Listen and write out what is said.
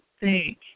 thank